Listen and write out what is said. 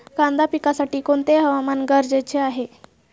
कांदा पिकासाठी कोणते हवामान गरजेचे आहे?